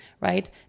right